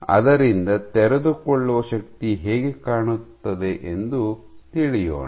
ಆದರಿಂದ ತೆರೆದುಕೊಳ್ಳುವ ಶಕ್ತಿ ಹೇಗೆ ಕಾಣುತ್ತದೆ ಎಂದು ತಿಳಿಯೋಣ